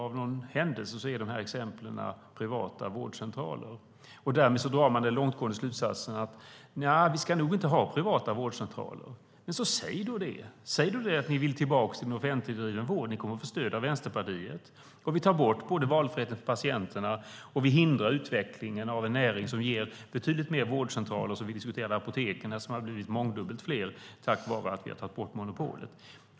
Av någon händelse är exemplen privata vårdcentraler, och därmed drar man den långtgående slutsatsen att nja, vi ska nog inte ha privata vårdcentraler. Men säg då det! Säg då att ni vill tillbaka till en offentligt driven vård! Ni kommer att få stöd av Vänsterpartiet. Om ni vill ta bort valfriheten för patienterna och hindra utvecklingen av en näring som ger betydligt fler vårdcentraler och apotek som vi diskuterade har blivit mångdubbelt fler tack vare att vi har tagit bort monopolet - säg då det!